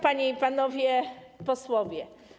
Panie i Panowie Posłowie!